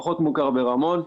פחות מוכר ברמון.